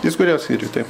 jis gulėjo skyriuj taip